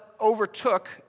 overtook